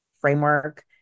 framework